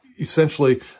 essentially